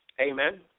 Amen